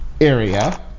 area